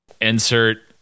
insert